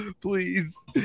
Please